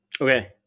Okay